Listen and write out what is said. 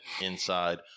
inside